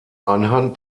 anhand